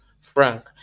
Frank